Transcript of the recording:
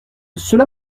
cela